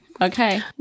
Okay